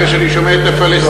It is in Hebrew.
אחרי שאני שומע את הפלסטינים,